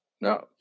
No